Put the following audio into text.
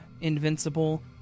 invincible